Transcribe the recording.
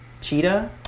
Cheetah